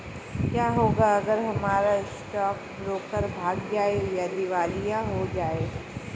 क्या होगा अगर हमारा स्टॉक ब्रोकर भाग जाए या दिवालिया हो जाये?